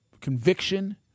conviction